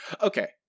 okay